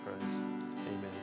Amen